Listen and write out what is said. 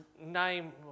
name